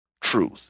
truth